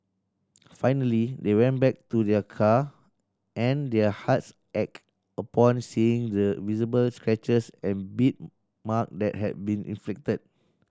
finally they went back to their car and their hearts ached upon seeing the visible scratches and bit mark that had been inflicted